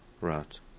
Right